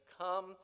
come